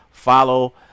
follow